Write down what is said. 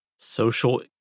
Social